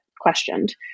questioned